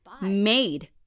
made